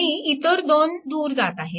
आणि इतर दोन करंट दूर जात आहेत